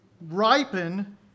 ripen